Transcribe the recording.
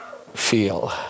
feel